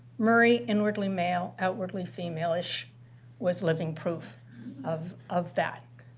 murray inwardly male, outwardly female-ish was living proof of of that.